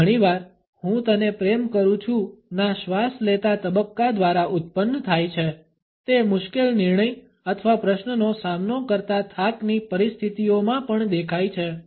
તે ઘણીવાર હું તને પ્રેમ કરું છું ના શ્વાસ લેતા તબક્કા દ્વારા ઉત્પન્ન થાય છે તે મુશ્કેલ નિર્ણય અથવા પ્રશ્નનો સામનો કરતા થાકની પરિસ્થિતિઓમાં પણ દેખાય છે